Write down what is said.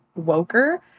woker